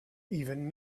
even